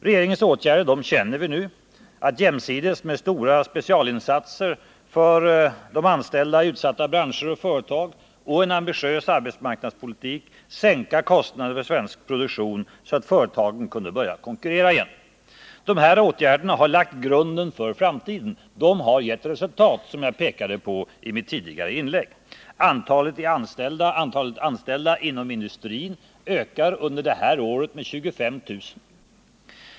Regeringens åtgärder känner alla till: att jämsides med stora specialinsatser för de anställda i utsatta branscher och företag och en ambitiös arbetsmarknadspolitik sänka kostnaderna för den svenska produktionen, så att företagen kan börja konkurrera igen. De här åtgärderna har lagt grunden för framtiden. Som jag framhöll i mitt tidigare inlägg har de gett resultat. Antalet anställda inom industrin ökar det här året med 25 000.